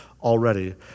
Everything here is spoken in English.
already